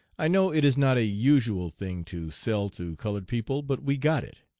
i know it is not a usual thing to sell to colored people, but we got it.